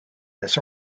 this